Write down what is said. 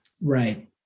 right